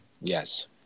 yes